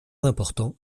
important